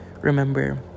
remember